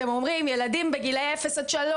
אתם אומרים ילדים בגילאי 0-3,